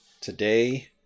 today